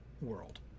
world